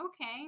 okay